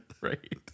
Right